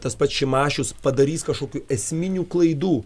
tas pats šimašius padarys kažkokių esminių klaidų